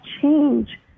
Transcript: change